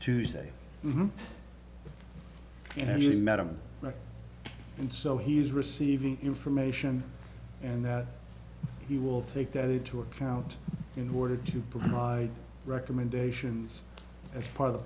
tuesday and you met him and so he is receiving information and that he will take that into account in order to provide recommendations as part of the